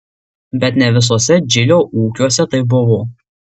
bet ne visuose džilio ūkiuose taip buvo